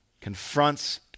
confronts